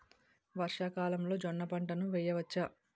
వర్షాకాలంలో జోన్న పంటను వేయవచ్చా?